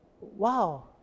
wow